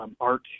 art